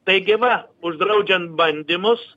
taigi va uždraudžiant bandymus